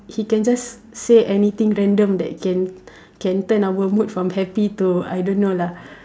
he can just say anything random that can can turn our mood from happy to I don't know lah